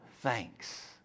thanks